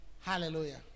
hallelujah